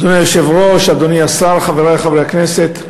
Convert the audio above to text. אדוני היושב-ראש, אדוני השר, חברי חברי הכנסת,